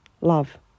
love